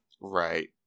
Right